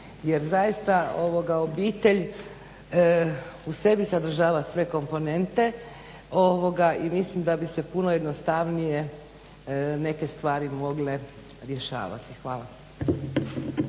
jer zaista obitelj u sebi sadržava sve komponente i mislim da bi se puno jednostavnije neke stvari mogle rješavati. Hvala.